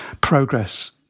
progress